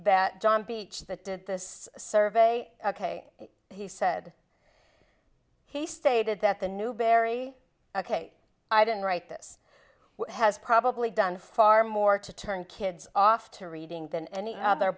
that john beach that did this survey ok he said he stated that the newbury ok i don't write this has probably done far more to turn kids off to reading than any other